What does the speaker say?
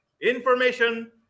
information